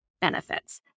benefits